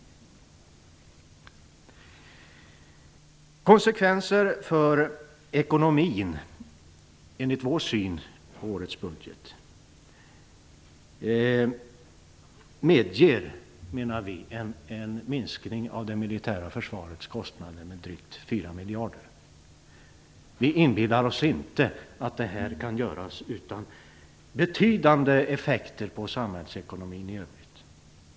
När det gäller konsekvenser för ekonomin finns det, enligt vår syn på årets budget, utrymme för en minskning av det militära försvarets kostnader med drygt 4 miljarder. Vi inbillar oss inte att det här kan genomföras utan betydande effekter på samhällsekonomin i övrigt.